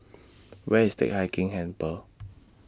Where IS Teck Hai Keng Temple